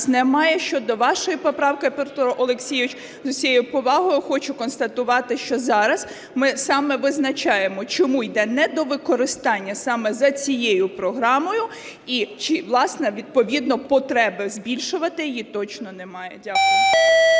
немає. Щодо вашої поправки, Петро Олексійович, з усією повагою хочу констатувати, що зараз ми саме визначаємо, чому йде недовикористання саме за цією програмою. І , власне, відповідно потреби збільшувати її точно немає. Дякую.